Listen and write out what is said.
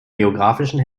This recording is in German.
geographischen